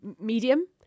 medium